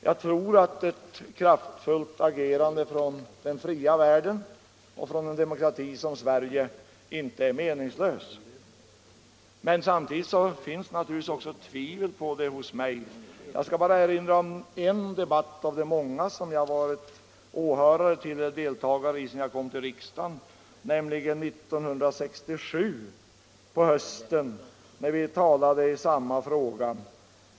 Jag tror därför att ett kraftfullt agerande från den fria världen och från en demokrati inte är meningslöst. Men samtidigt finns naturligtvis också 217 tvivel på det hos mig. Jag skall bara erinra om en debatt bland många som jag varit åhörare till eller deltagare i sedan jag kom till riksdagen. Det var 1967 på hösten, när vi talade i samma fråga.